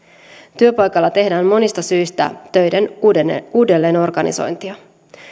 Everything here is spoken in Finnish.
työpaikoilla tehdään monista syistä töiden uudelleenorganisointia